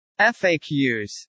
FAQs